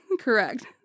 Correct